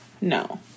no